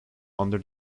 under